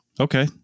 Okay